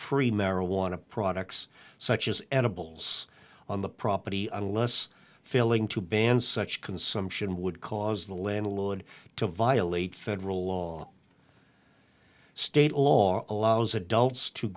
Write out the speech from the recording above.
free marijuana products such as edibles on the property unless failing to ban such consumption would cause the landlord to violate federal law state law allows adults to